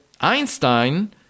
Einstein